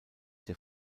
der